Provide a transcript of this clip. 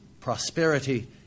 prosperity